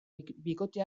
bikote